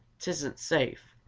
tisn't safe,